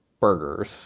burgers